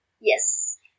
Yes